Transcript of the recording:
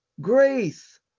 grace